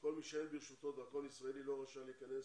כל מי שאין ברשותו דרכון ישראלי לא רשאי להיכנס